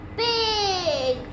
big